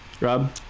Rob